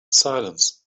silence